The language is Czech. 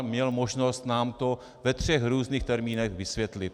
Měl možnost nám to ve třech různých termínech vysvětlit.